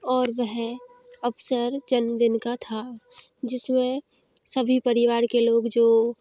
और वह अवसर जन्मदिन का था जिसमें सभी परिवार के लोग जो